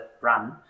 run